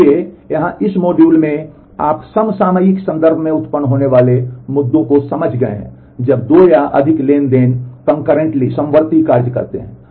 इसलिए यहाँ इस मॉड्यूल में आप समसामयिक के संदर्भ में उत्पन्न होने वाले मुद्दों को समझ गए हैं जब दो या अधिक ट्रांज़ैक्शन समवर्ती कार्य करते हैं